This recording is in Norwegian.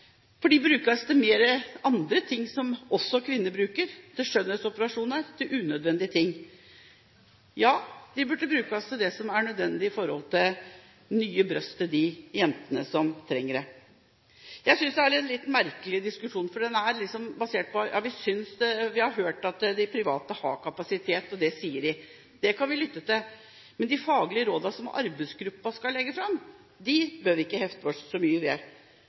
fordi de brukes av kvinner til andre ting, til skjønnhetsoperasjoner, til unødvendige ting. De burde brukes til det som er nødvendig, nemlig nye bryst til de jentene som trenger det. Jeg synes det er en litt merkelig diskusjon. Vi har hørt opposisjonen si at de private har kapasitet, for det, sier de, kan vi lytte til, men de faglige rådene som arbeidsgruppen skal legge fram, bør vi ikke hefte oss så mye ved. De private klinikkene kan jo ikke være sannhetsvitner på at de skal rekke alt de ønsker innen ett år. Vi